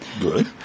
Good